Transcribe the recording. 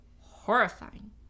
horrifying